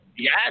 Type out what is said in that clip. Yes